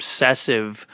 obsessive